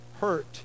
hurt